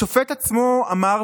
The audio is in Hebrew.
השופט עצמו אמר,